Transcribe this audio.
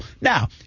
Now